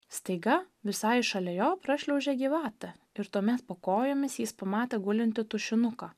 staiga visai šalia jo prašliaužė gyvatė ir tuomet po kojomis jis pamatė gulintį tušinuką